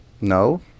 No